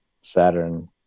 Saturn